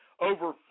over